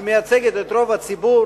היא מייצגת את רוב הציבור,